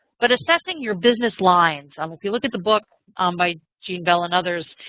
but assessing your business lines. um if you look at the book um by jeannine bell and others,